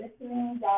listening